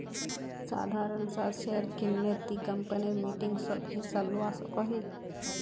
साधारण सा शेयर किनले ती कंपनीर मीटिंगसोत हिस्सा लुआ सकोही